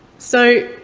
so,